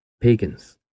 pagans